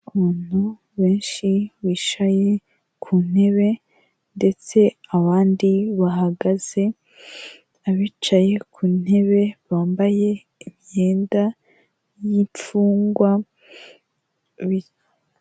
Abantu benshi bicaye ku ntebe ndetse abandi bahagaze, abicaye ku ntebe bambaye imyenda y'imfungwa.